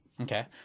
Okay